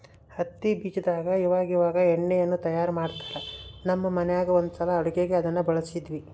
ಹತ್ತಿ ಬೀಜದಾಗ ಇವಇವಾಗ ಎಣ್ಣೆಯನ್ನು ತಯಾರ ಮಾಡ್ತರಾ, ನಮ್ಮ ಮನೆಗ ಒಂದ್ಸಲ ಅಡುಗೆಗೆ ಅದನ್ನ ಬಳಸಿದ್ವಿ